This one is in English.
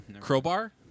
crowbar